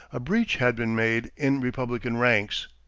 a breach had been made in republican ranks.